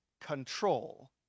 control